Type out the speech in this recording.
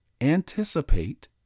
anticipate